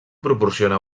proporciona